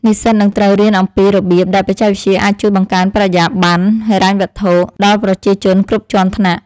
និស្សិតនឹងត្រូវរៀនអំពីរបៀបដែលបច្ចេកវិទ្យាអាចជួយបង្កើនបរិយាបន្នហិរញ្ញវត្ថុដល់ប្រជាជនគ្រប់ជាន់ថ្នាក់។